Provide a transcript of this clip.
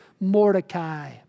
Mordecai